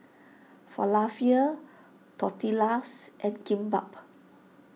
Falafel Tortillas and Kimbap